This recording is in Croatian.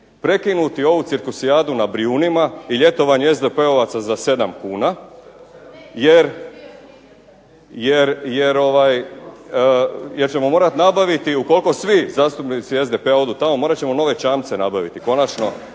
prekinuti ovu cirkusijadu na Brijunima i ljetovanje SDP-ovaca za 7 kuna, jer ćemo morati nabaviti, ukoliko svi zastupnici SDP-a odu tamo, morat ćemo nove čamce nabaviti. Konačno